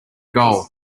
goal